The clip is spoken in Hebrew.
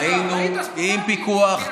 ראינו עם פיקוח,